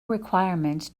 requirement